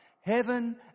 Heaven